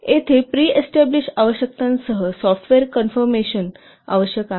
येथे प्रीएस्टॅब्लीश आवश्यकतांसह सॉफ्टवेअर कॉन्फरमन्सची आवश्यकता आहे